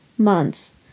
months